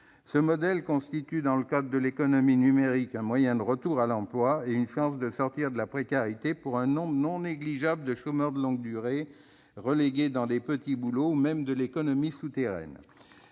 plateformes constitue, dans le cadre de l'économie numérique, un moyen de retour à l'emploi et une chance de sortir de la précarité pour un nombre non négligeable de chômeurs de longue durée relégués dans de petits boulots ou même dans l'économie souterraine.